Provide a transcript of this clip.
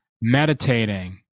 meditating